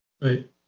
Right